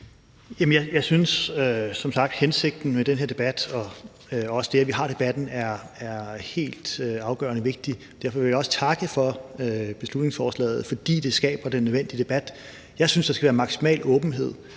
sagt deler jeg hensigten , og jeg synes, at det, at vi har debatten, er helt afgørende vigtigt. Derfor vil vi også takke for beslutningsforslaget, for det skaber den nødvendige debat. Jeg synes, der skal være maksimal åbenhed